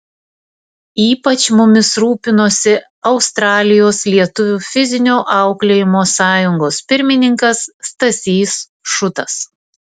ypač mumis rūpinosi australijos lietuvių fizinio auklėjimo sąjungos pirmininkas stasys šutas